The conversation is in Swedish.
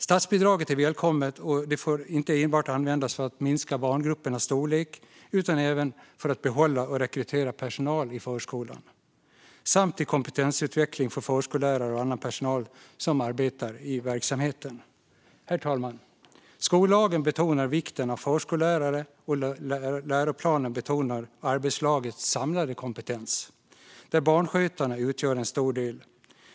Statsbidraget är välkommet, och det får inte enbart användas för att minska barngruppernas storlek utan ska även användas för att behålla och rekrytera personal i förskolan samt till kompetensutveckling för förskollärare och annan personal som arbetar i verksamheten. Herr talman! Skollagen betonar vikten av förskollärare, och läroplanen betonar arbetslagets samlade kompetens där barnskötarna utgör en stor del.